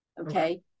Okay